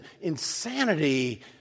insanity